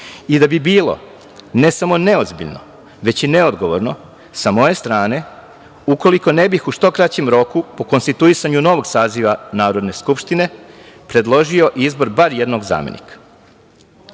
i da bi bilo ne samo neozbiljno, već i nedgovorno sa moje strane ukolio ne bih u što kraćem roku po konstituisanju novog saziva Narodne skupštine predložio izbor bar jednog zamenika. Kako